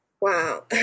Wow